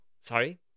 Sorry